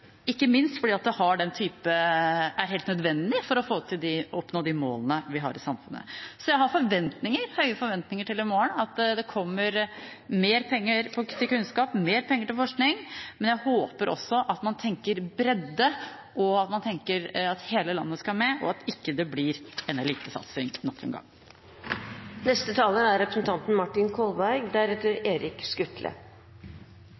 er helt nødvendig for å oppnå de målene vi har i samfunnet. Så jeg har høye forventninger til i morgen, at det kommer mer penger til kunnskap og mer penger til forskning. Men jeg håper også at man tenker bredde, og at man tenker at hele landet skal med, og at det ikke blir en elitesatsing nok en gang. Slik jeg hørte det statsminister Solberg sa om flyktningsituasjonen, er